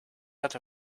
out